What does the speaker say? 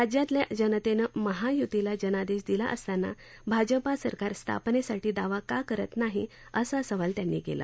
राज्यातल्या जनतेनं महायुतीला जनादेश दिला असताना भाजपा सरकार स्थापनेसाठी दावा का करत नाही असा सवाल त्यांनी केला